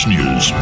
News